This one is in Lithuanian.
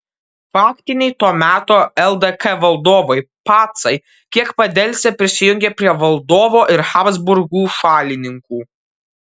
faktiniai to meto ldk valdovai pacai kiek padelsę prisijungė prie valdovo ir habsburgų šalininkų